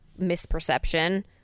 misperception